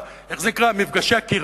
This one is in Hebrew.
איך זה נקרא?